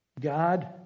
God